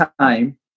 time